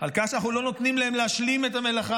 על כך שאנחנו לא נותנים להם להשלים את המלאכה.